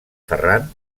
ferran